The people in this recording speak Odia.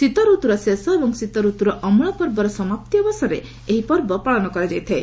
ଶୀତ ଋତ୍ରର ଶେଷ ଏବଂ ଶୀତ ଋତ୍ରର ଅମଳ ପର୍ବର ସମାପ୍ତି ଅବସରରେ ଏହି ପର୍ବ ପାଳନ କରାଯାଇଥାଏ